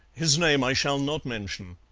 his name i shall not mention.